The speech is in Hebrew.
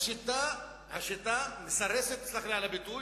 השיטה מסרסת, תסלח לי על הביטוי,